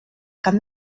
camp